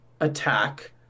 attack